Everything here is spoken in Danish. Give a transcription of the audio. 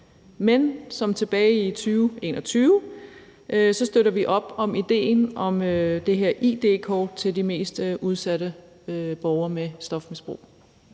Men ligesom tilbage i 2021 støtter vi op om idéen om det her id-kort til de mest udsatte borgere med stofmisbrug.